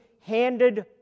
handed